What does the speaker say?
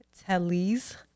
telly's